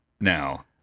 now